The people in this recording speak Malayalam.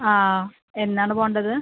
ആ എന്നാണ് പോവേണ്ടത്